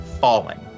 falling